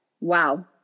wow